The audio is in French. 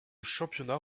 championnat